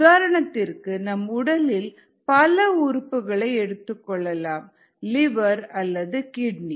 உதாரணத்திற்கு நம் உடலின் பல உறுப்புகளை எடுத்துக்கொள்ளலாம் லிவர் அல்லது கிட்னி